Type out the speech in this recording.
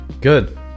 Good